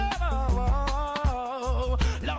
Love